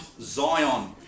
Zion